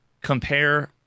compare